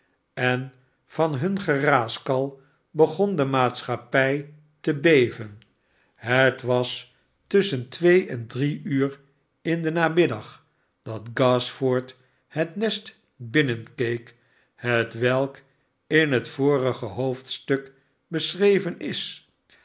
en van hun geraaskal begon de maatschappij te beven het nljt l en drie uur indennamiddag datgashford i n i binn l nke ek twelk in het vorige hoofdstuk beschreven en